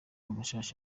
amashashi